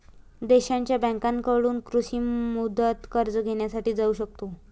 देशांच्या बँकांकडून कृषी मुदत कर्ज घेण्यासाठी जाऊ शकतो